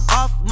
off